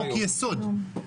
חוקי-יסוד.